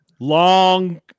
Long